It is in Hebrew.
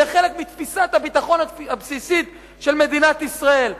זה חלק מתפיסת הביטחון הבסיסית של מדינת ישראל,